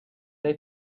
they